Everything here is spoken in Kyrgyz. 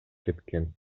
кеткен